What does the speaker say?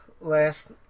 last